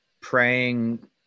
praying